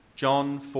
John